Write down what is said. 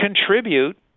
contribute